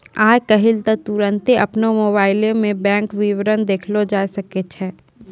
आइ काल्हि त तुरन्ते अपनो मोबाइलो मे बैंक विबरण देखलो जाय सकै छै